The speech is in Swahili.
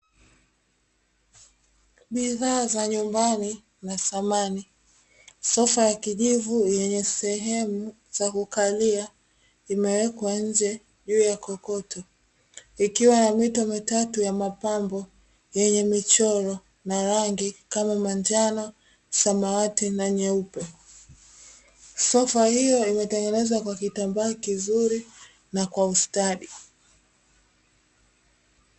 Bidhaa za nyumbani na samani. Sofa ya kijivu yenye sehemu za kukalia imeweka nje juu ya kokoto, ikiwa na mito mitatu ya mapambo yenye michoro na rangi kama: manjano, samawati, na nyeupe. Sofa hiyo imetengenezwa kwa kitambaa kizuri na kwa ustadi.